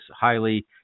highly